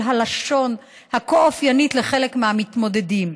הלשון הכה-אופיינית לחלק מהמתמודדים: